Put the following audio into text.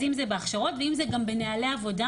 אז אם זה בהכשרות ואם זה גם בנוהלי עבודה